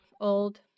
Old